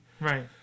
Right